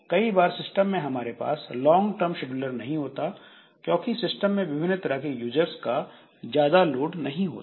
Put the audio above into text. कई बार सिस्टम में हमारे पास लॉन्ग टर्म शेड्यूलर नहीं होता क्योंकि सिस्टम में विभिन्न तरह के यूजर्स का ज्यादा लोड नहीं होता